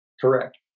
Correct